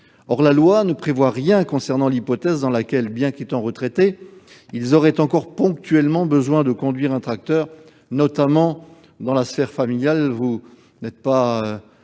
Or la loi ne prévoit rien concernant l'hypothèse selon laquelle, bien qu'ils soient retraités, ils auraient encore ponctuellement besoin de conduire un tracteur, notamment dans la sphère familiale. Vous n'êtes pas